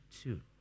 two